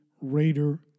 Raider